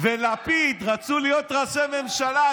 ולפיד רצו להיות ראשי ממשלה.